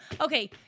Okay